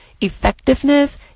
effectiveness